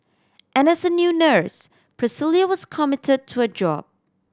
as a new nurse Priscilla was committed to her job